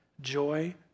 joy